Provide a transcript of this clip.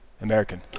American